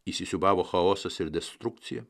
įsisiūbavo chaosas ir destrukcija